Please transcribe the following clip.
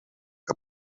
que